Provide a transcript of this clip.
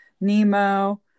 Nemo